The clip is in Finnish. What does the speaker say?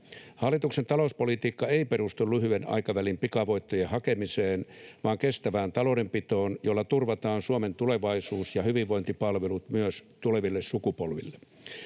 Hallituksen talouspolitiikka ei perustu lyhyen aikavälin pikavoittojen hakemiseen vaan kestävään taloudenpitoon, jolla turvataan Suomen tulevaisuus ja hyvinvointipalvelut myös tuleville sukupolville.